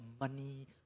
money